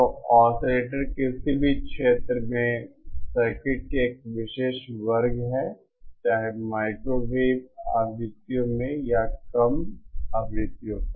तो ऑसिलेटर्स किसी भी क्षेत्र में सर्किट के एक विशेष वर्ग हैं चाहे माइक्रोवेव आवृत्तियों में या कम आवृत्तियों पर